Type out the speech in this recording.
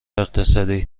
اقتصادی